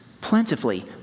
plentifully